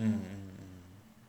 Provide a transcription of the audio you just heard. mm mm mm